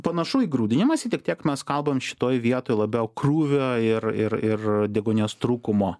panašu į grūdinimąsi tik tiek mes kalbam šitoj vietoj labiau krūvio ir ir ir deguonies trūkumo